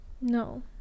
no